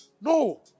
No